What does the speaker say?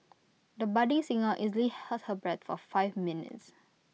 the budding singer easily held her breath for five minutes